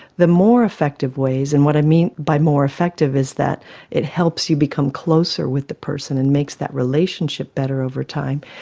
the more effective ways, and what i mean by more effective is that it helps you become closer with the person and makes that relationship better over time,